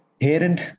parent